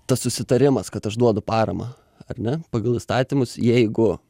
tas susitarimas kad aš duodu paramą ar ne pagal įstatymus jeigu